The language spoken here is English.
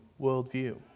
worldview